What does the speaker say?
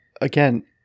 Again